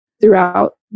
throughout